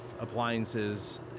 appliances